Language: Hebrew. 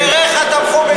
חבריך תמכו בזה,